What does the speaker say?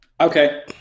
Okay